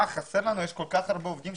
יש שם כל כך הרבה עובדים